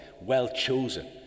well-chosen